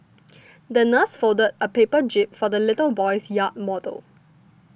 the nurse folded a paper jib for the little boy's yacht model